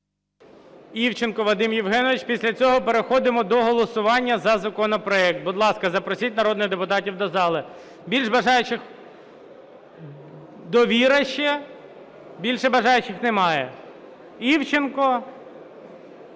Івченко Вадим Євгенович. Після цього переходимо до голосування за законопроект. Будь ласка, запросіть народних депутатів до зали. Більше бажаючих… "Довіра" ще. Більше бажаючих немає. Івченко, Бакунець,